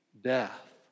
death